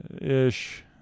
ish